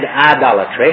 idolatry